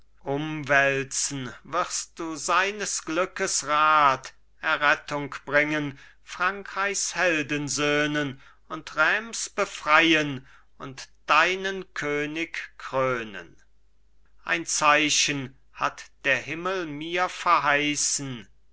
umwälzen wirst du seines glückes rad errettung bringen frankreichs heldensöhnen und reims befrein und deinen könig krönen ein zeichen hat der himmel mir verheißen